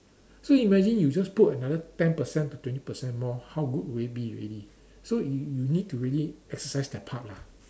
so imagine you just put another ten percent to twenty percent more how good will it be already so you you need to really exercise that part lah